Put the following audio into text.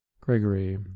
Gregory